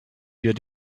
wir